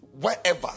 wherever